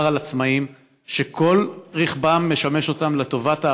מדובר על עצמאים שכל רכבם משמש אותם לטובת העבודה,